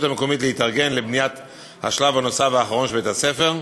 המקומית להתארגן לבניית השלב הנוסף והאחרון של בית-הספר,